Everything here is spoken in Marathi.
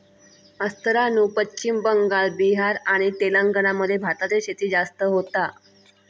मास्तरानू पश्चिम बंगाल, बिहार आणि तेलंगणा मध्ये भाताची शेती जास्त होता